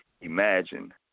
Imagine